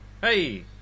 Hey